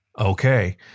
Okay